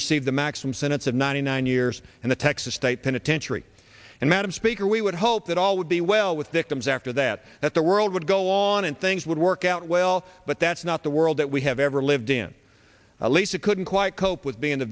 received the maximum sentence of ninety nine years in the texas state penitentiary and madam speaker we would hope that all would be well with victims after that that the world would go on and things would work out well but that's not the world that we have ever lived in lisa couldn't quite cope with being